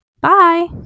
Bye